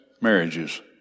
marriages